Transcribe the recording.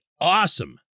awesome